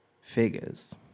Figures